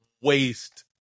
waste